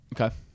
Okay